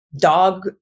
dog